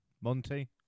Monty